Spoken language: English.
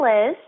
Liz